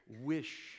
wish